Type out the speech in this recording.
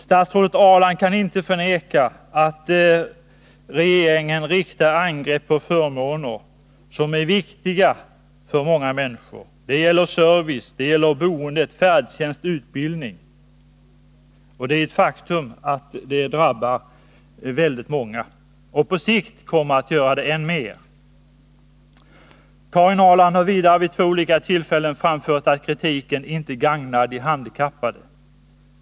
Statsrådet Ahrland kan inte förneka att regeringen riktar angrepp mot förmåner som är betydelsefulla för många människor. Det gäller service, boende, färdtjänst och utbildning. Indragningar på dessa områden drabbar många människor och kommer på sikt att drabba ännu fler. Karin Ahrland har vidare vid två olika tillfällen framfört att kritiken inte gagnar de handikappade.